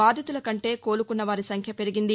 బాధితుల కంటే కోలుకున్నవారి సంఖ్య పెరిగింది